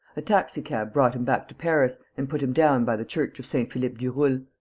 a taxicab brought him back to paris and put him down by the church of saint-philippe-du-roule,